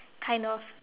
kind of